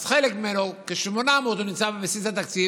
אז חלק ממנו, כ-800 מיליון, נמצא בבסיס התקציב,